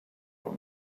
own